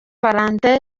valentin